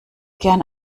gern